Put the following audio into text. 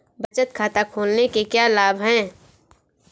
बचत खाता खोलने के क्या लाभ हैं?